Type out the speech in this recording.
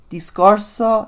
Discorso